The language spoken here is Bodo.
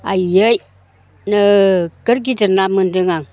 आइयै नोगोर गिदिर ना मोन्दों आं